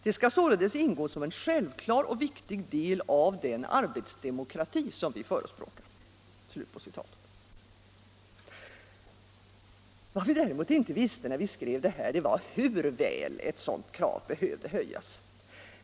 Det skall således ingå som en självklar och viktig del av den arbetsdemokrati vi förespråkar.” Vad vi däremot inte visste när vi skrev detta var hur väl ett sådant krav behövde höjas.